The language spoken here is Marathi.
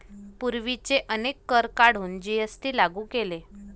पूर्वीचे अनेक कर काढून जी.एस.टी लागू केले